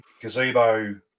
gazebo